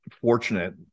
fortunate